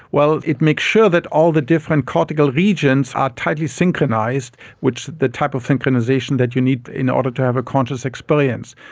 well, it makes sure that all the different cortical regions are tightly synchronised, the type of synchronisation that you need in order to have a conscious experience.